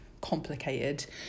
complicated